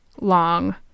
long